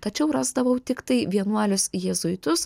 tačiau rasdavau tiktai vienuolius jėzuitus